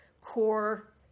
core